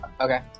Okay